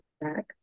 back